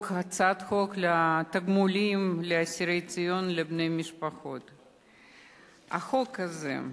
הצעת חוק תגמולים לאסירי ציון ולבני משפחותיהם (תיקון מס' 6). החוק הזה,